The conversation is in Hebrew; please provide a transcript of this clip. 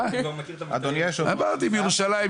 אדוני היושב-ראש,